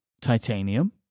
titanium